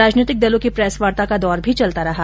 राजनैतिक दलों की प्रेस वार्ता का दौर भी चलता रहा